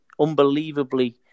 unbelievably